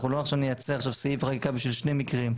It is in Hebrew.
אנחנו לא עכשיו נייצר סעיף ריקה בשביל שני מקרים.